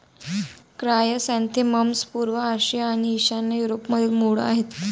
chrysanthemums पूर्व आशिया आणि ईशान्य युरोपमधील मूळ आहेत